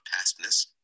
pastness